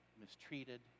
mistreated